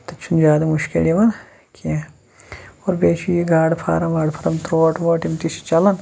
تَتہِ چھُنہٕ زیادٕ مُشکِل یِوان کیٚنٛہہ اور بیٚیہِ چھُ یہِ گاڑٕ فارَم واڈٕ فارم تروٹ ووٹ یِم تہِ چھِ چلان